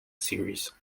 series